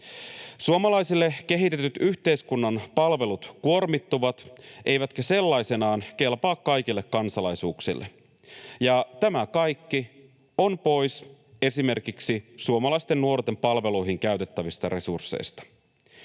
Suomalaisille kehitetyt yhteiskunnan palvelut kuormittuvat eivätkä sellaisinaan kelpaa kaikille kansalaisuuksille, ja tämä kaikki on pois esimerkiksi suomalaisten nuorten palveluihin käytettävistä resursseista.